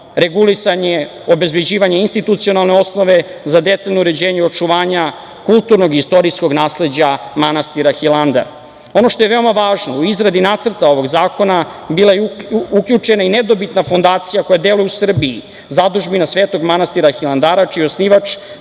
regulisanje, obezbeđivanje institucionalne osnove za detaljno uređenje i očuvanja kulturnog i istorijskog nasleđa manastira Hilandar. Ono što je veoma važno u izradi nacrta ovog zakona bila je uključena i nedobitna fondacija koja deluje u Srbiji, zadužbina Svetog manastira Hilandara čiji je osnivač